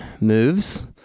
moves